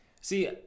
See